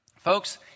folks